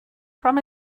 from